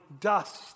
dust